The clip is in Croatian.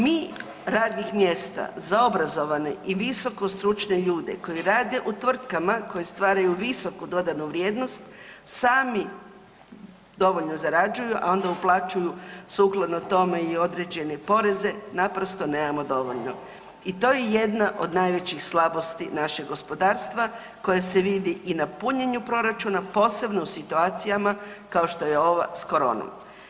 Mi radnih mjesta za obrazovane i visoko stručne ljude koji rade u tvrtkama koje stvaraju visoku dodanu vrijednost sami dovoljno zarađuju, a onda uplaćuju sukladno tome i određene poreze naprosto nemamo dovoljno i to je jedna od najvećih slabosti našeg gospodarstva koje se vidi i na punjenju proračuna, posebno u situacijama kao što je ova s koronom.